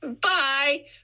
Bye